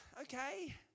okay